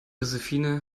josephine